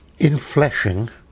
infleshing